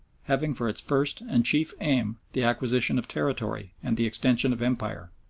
having for its first and chief aim the acquisition of territory and the extension of empire,